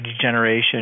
degeneration